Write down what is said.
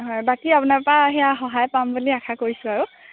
হয় বাকী আপোনাৰপৰা সেয়া সহায় পাম বুলি আশা কৰিছোঁ আৰু